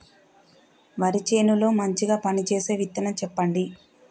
వరి చేను లో మంచిగా పనిచేసే విత్తనం చెప్పండి?